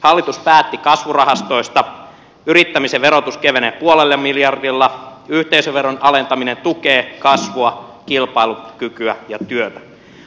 hallitus päätti kasvurahastoista yrittämisen verotus kevenee puolella miljardilla yhteisöveron alentaminen tukee kasvua kilpailukykyä ja työtä